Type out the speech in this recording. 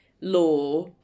law